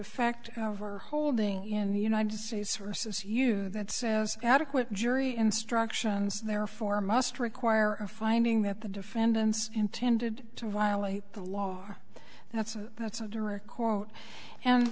effect of our holding in the united states sources you that says adequate jury instructions therefore must require a finding that the defendants intended to violate the law are that's a that's a direct quote and